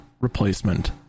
replacement